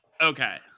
okay